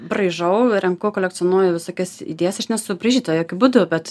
braižau renku kolekcionuoju visokias idėjas aš nesu braižytoja jokiu būdu bet